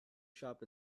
shop